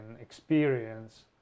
experience